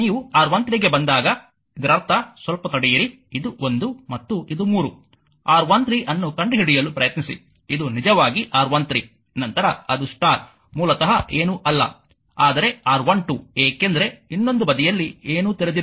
ನೀವು R13 ಬಂದಾಗ ಇದರರ್ಥ ಸ್ವಲ್ಪ ತಡೆಯಿರಿ ಇದು 1 ಮತ್ತು ಇದು 3 R13 ಅನ್ನು ಕಂಡುಹಿಡಿಯಲು ಪ್ರಯತ್ನಿಸಿ ಇದು ನಿಜವಾಗಿ R13 ನಂತರ ಅದು ಸ್ಟಾರ್ ಮೂಲತಃ ಏನೂ ಅಲ್ಲ ಆದರೆ R1R2 ಏಕೆಂದರೆ ಇನ್ನೊಂದು ಬದಿಯಲ್ಲಿ ಏನೂ ತೆರೆದಿಲ್ಲ